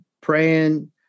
praying